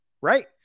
right